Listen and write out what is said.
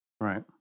Right